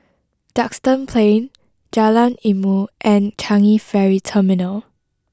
Duxton Plain Jalan Ilmu and Changi Ferry Terminal